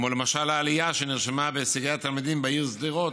למשל בעלייה שנרשמה בהישגי התלמידים בעיר שדרות,